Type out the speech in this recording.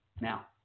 Now